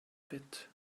bit